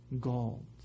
gold